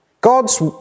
God's